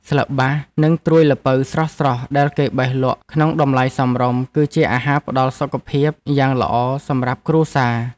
ស្លឹកបាស និងត្រួយល្ពៅស្រស់ៗដែលគេបេះលក់ក្នុងតម្លៃសមរម្យ គឺជាអាហារផ្ដល់សុខភាពយ៉ាងល្អសម្រាប់គ្រួសារ។